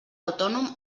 autònom